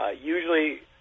usually